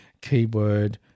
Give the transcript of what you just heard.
Keyword